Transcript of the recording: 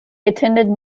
attended